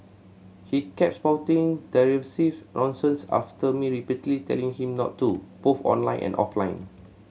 he kept spouting derisive nonsense after me repeatedly telling him not to both online and offline